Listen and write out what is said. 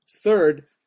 Third